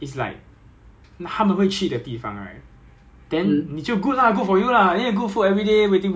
or lieutenant colonel you won't dare to do that what so so 他们会 like 会 they serve 比较好的 food